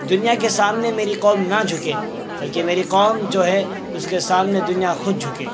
دنیا کے سامنے میری قوم نہ جھکے بلکہ میری قوم جو ہے اس کے سامنے دنیا خود جھکے